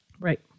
Right